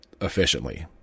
efficiently